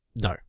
No